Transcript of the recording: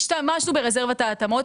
השתמשנו ברזרבת ההתאמות,